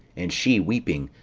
and she weeping,